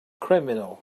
criminal